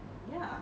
ya